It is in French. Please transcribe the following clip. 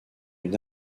une